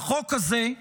החוק הזה,